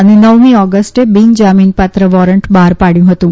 અને નવમી ઓગષ્ટે બીન જામીનપાત્ર વોરન્ટ બહાર પાડ્યું હતું